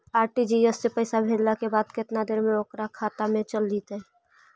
RTGS से पैसा भेजला के बाद केतना देर मे ओकर खाता मे चल जितै?